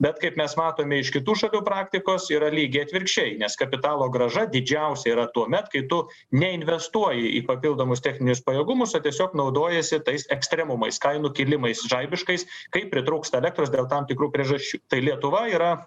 bet kaip mes matome iš kitų šalių praktikos yra lygiai atvirkščiai nes kapitalo grąža didžiausia yra tuomet kai tu neinvestuoji į papildomus techninius pajėgumus o tiesiog naudojiesi tais ekstremumais kainų kilimais žaibiškais kai pritrūksta elektros dėl tam tikrų priežasčių tai lietuva yra